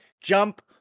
jump